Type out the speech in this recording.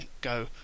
go